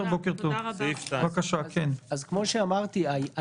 --- כמו שאמרתי,